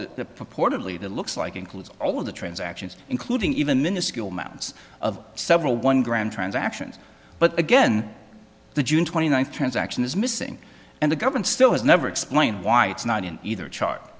the purportedly that looks like includes all of the transactions including even minuscule amounts of several one gram transactions but again the june twenty ninth transaction is missing and the government still has never explained why it's not in either chart